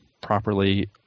properly